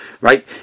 right